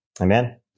Amen